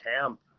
camp